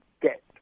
get